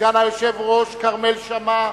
סגן היושב-ראש כרמל שאמה,